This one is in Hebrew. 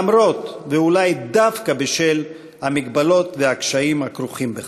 למרות ואולי דווקא בשל המגבלות והקשיים הכרוכים בכך.